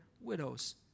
widows